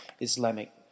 Islamic